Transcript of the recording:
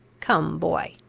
come, boy,